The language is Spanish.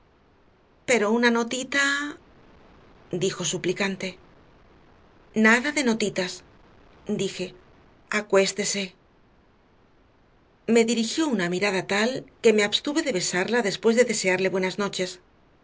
pero una notita dijo suplicante nada de notitas dije acuéstese me dirigió una mirada tal que me abstuve de besarla después de desearle buenas noches